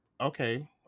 okay